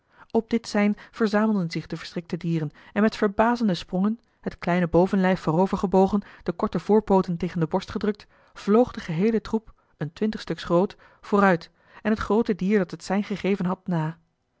op dit sein verzamelden zich de verschrikte dieren en met verbazende sprongen het kleine bovenlijf voorover gebogen de korte voorpooten tegen de borst gedrukt vloog de geheele troep een twintig stuks groot vooruit eli heimans willem roda en het groote dier dat het sein gegeven had na